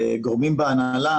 גם גורמים בהנהלה,